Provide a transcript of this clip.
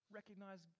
recognize